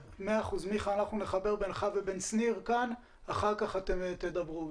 אנחנו נחבר בינך לבין שניר ואחר כך אתם תדברו.